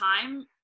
time